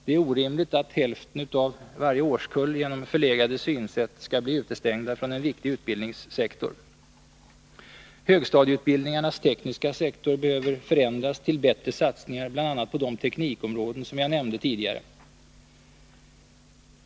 Det är orimligt att hälften av varje årskull genom förlegade synsätt skall bli utestängda från en viktig utbildningssektor. Högstadieutbildningarnas tekniska sektor behöver förändras till bättre satsningar, bl.a. på de teknikområden som jag nämnde tidigare.